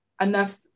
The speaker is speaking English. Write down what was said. enough